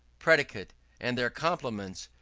predicate and their complements,